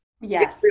yes